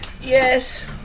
Yes